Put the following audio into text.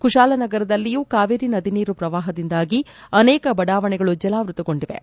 ಕುಶಾಲನಗರದಲ್ಲಿಯೂ ಕಾವೇರಿ ನದಿ ನೀರು ಪ್ರವಾಹದಿಂದಾಗಿ ಅನೇಕ ಬಡಾವಣೆಗಳು ಜಲಾವೃತಗೊಂಡಿವೆ